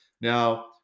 Now